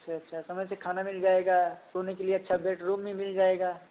अच्छा अच्छा समय से खाना मिल जाएगा सोने के लिए अच्छा बेडरूम भी मिल जाएगा